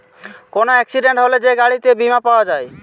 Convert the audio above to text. কোন এক্সিডেন্ট হলে যে গাড়িতে বীমা পাওয়া যায়